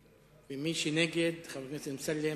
בעד, ומי שנגד, חבר הכנסת אמסלם,